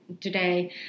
today